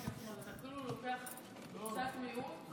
אתה לוקח קבוצת מיעוט,